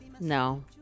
No